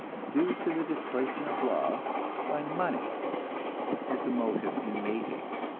due to the displacing of love by money as a motive in mating.